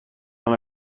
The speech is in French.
dans